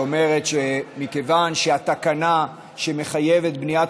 היא אומרת שמכיוון שהתקנה שמחייבת בניית